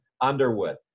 Underwood